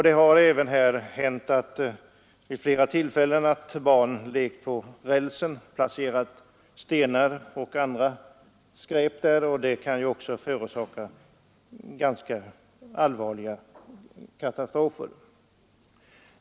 Det har även vid flera tillfällen hänt att barn som lekt på banvallen har placerat stenar och annat skräp på rälsen, vilket kan förorsaka allvarliga olyckor.